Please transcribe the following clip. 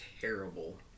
terrible